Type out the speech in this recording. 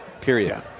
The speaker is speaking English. Period